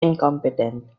incompetent